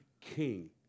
king